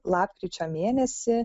lapkričio mėnesį